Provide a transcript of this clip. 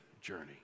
journey